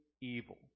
evil